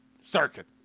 Circuit